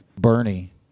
Bernie